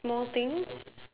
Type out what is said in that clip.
small things